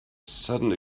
sudden